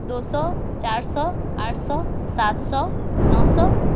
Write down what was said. دو سو چار سو آٹھ سو سات سو نو سو